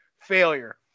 failure